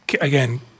Again